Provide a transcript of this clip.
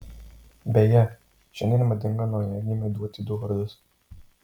beje šiandien madinga naujagimiui duoti du vardus